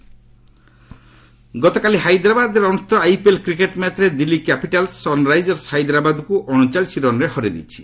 IPL ଗତକାଲି ହାଇଦ୍ରାବାଦଠାରେ ଅନ୍ଦଷ୍ଟିତ ଆଇପିଏଲ୍ କ୍ରିକେଟ୍ ମ୍ୟାଚ୍ରେ ଦିଲ୍ଲୀ କ୍ୟାପିଟାଲ୍ସ୍ ସନ୍ରାଇଜର୍ସ ହାଇଦ୍ରାବାଦକ୍ତ ଅଣଚାଳିଶ ରନ୍ରେ ହରାଇ ଦେଇଛି